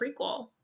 prequel